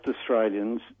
Australians